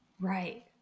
Right